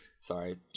Sorry